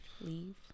leave